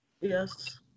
Yes